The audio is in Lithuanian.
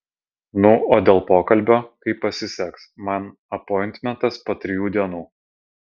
nu o dėl pokalbio kaip pasiseks man apointmentas po trijų dienų